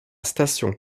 station